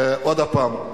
ועוד פעם,